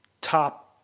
top